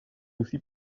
aussi